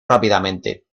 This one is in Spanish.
rápidamente